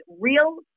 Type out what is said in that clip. real